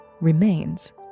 remains